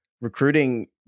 recruiting